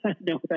no